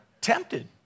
Tempted